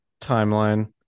timeline